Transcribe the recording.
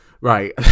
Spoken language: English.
right